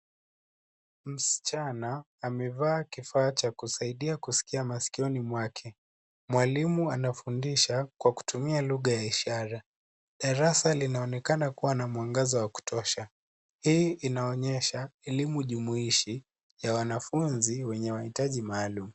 Msichana, amevaa kifaa cha kusaidia kusikia masikioni mwake. Mwalimu anafundisha kwa kutumia lugha ya ishara. Darasa linaonekana kuwa na mwangaza wa kutosha. Hii inaonyesha elimu jumuishi ya wanafunzi wenye mahitaji maalum.